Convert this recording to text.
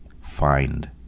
find